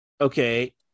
okay